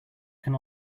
can